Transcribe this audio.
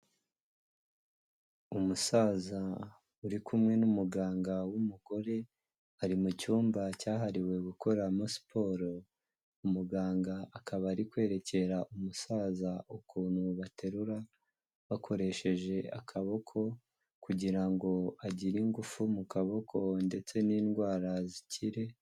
Umusaza uri kumwe n'umuganga w'umugore ari mu cyumba cyahariwe gukoreramo siporo, umuganga akaba ari kwerekera umusaza ukuntu baterura bakoresheje akaboko kugira ngo agire ingufu mu kaboko ndetse n'indwara zikiri.